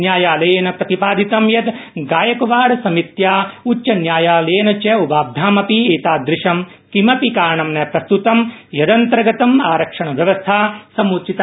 न्यायलयेन प्रतिपादितं यत गायकवाड़समित्या उच्चन्यायालयेन च उभाभ्यमपि एतादृशं किमपि कारणं न प्रस्त्तं यदन्तर्गतम् आरक्षण व्यवस्था सम्चिता परिदृश्यते